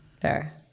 fair